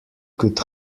could